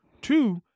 Two